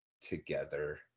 together